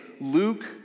Luke